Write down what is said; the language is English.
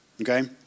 okay